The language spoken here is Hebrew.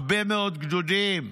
הרבה מאוד גדודים,